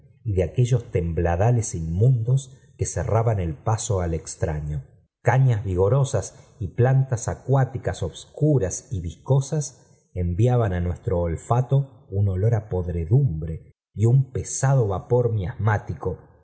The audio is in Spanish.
de aquellos tembladales inmundos que cerraban ol paso al extraño gañas vigorosas y plantas aeuátiean obscuras y viscosas enviaban nuestro olfato un oi a podredumbre y un pesado vapor